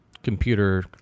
computer